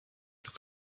look